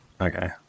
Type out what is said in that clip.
Okay